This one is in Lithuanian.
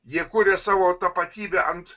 jie kuria savo tapatybę ant